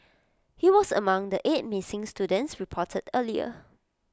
he was among the eight missing students reported earlier